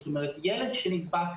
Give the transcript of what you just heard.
ילד שנדבק,